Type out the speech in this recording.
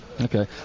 Okay